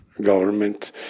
government